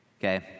Okay